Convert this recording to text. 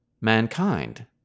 mankind